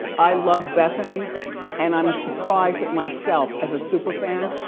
i love bethany and i'm surprised at myself, as a super fan,